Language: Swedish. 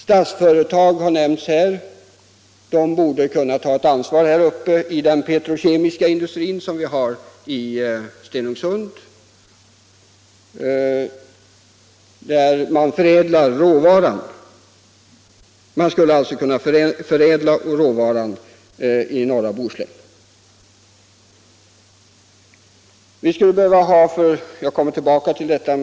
Statsföretag har nämnts i detta sammanhang. Statsföretag borde här kunna ta ett ansvar för förädling i norra Bohuslän av den råvara som används i den petrokemiska industrin. 2.